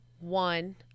one